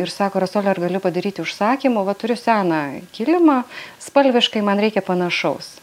ir sako rasuole ar galiu padaryti užsakymą va turiu seną kilimą spalviškai man reikia panašaus